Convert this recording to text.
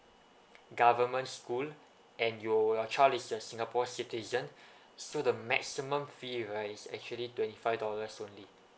government school and your your child is a singapore citizen so the maximum fee right is actually twenty five dollars only